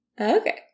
Okay